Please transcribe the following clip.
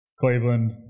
Cleveland